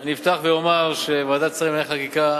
אני אפתח ואומר שוועדת השרים לענייני חקיקה